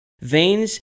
Veins